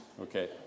Okay